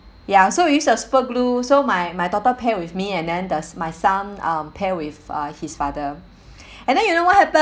ya so we use a super glue so my my daughter pair with me and then does my son um pair with uh his father and then you know what happen